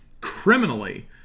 criminally